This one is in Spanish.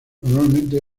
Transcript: normalmente